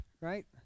right